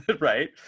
right